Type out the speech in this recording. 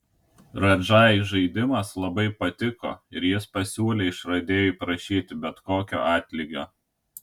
radžai žaidimas labai patiko ir jis pasiūlė išradėjui prašyti bet kokio atlygio